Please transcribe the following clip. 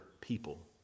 people